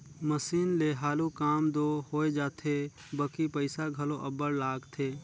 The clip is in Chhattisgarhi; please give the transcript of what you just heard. मसीन ले हालु काम दो होए जाथे बकि पइसा घलो अब्बड़ लागथे